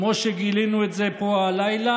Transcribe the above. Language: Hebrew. כמו שגילינו את זה פה הלילה,